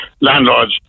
landlords